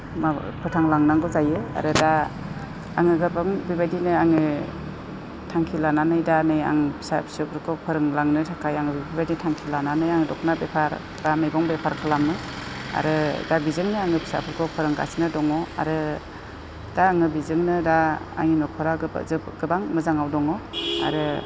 माबा फोथांलांनांगौ जायो आरो दा आङो गोबां बेबायदिनो आङो थांखि लानानै दा नै आं फिसा फिसौफोरखौ फोरोंलांनो थाखाय आङो बेफोरबायदि थांखि लानानै आङो दख'ना बेफार एबा मैगं बेफार खालामो आरो दा बिजोंनो आङो फिसाफोरखौ फोरोंगासिनो दङ आरो दा आङो बिजोंनो दा आंनि न'खरा जोबोर गोबां मोजाङाव दङ आरो